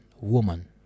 woman